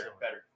better